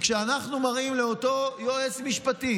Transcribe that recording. כשאנחנו מראים לאותו יועץ משפטי